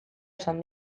esan